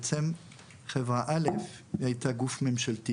בעצם חברה א' הייתה גוף ממשלתי